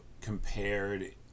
compared